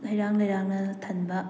ꯍꯩꯔꯥꯡ ꯂꯩꯔꯥꯡꯅ ꯊꯟꯕ